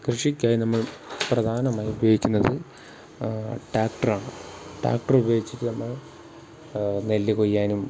കൃഷിക്കായി നമ്മൾ പ്രധാനമായി ഉപയോഗിക്കുന്നത് ട്രാക്ടറാണ് ടാക്ടർ ഉപയോഗിച്ചിട്ട് നമ്മൾ നെല്ലു കൊയ്യാനും